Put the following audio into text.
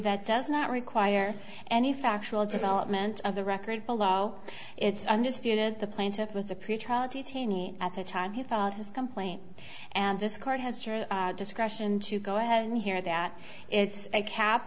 that does not require any factual development of the record below it's undisputed the plaintiff was the pretrial detainee at the time he thought his complaint and this court has discretion to go ahead and hear that it's a cap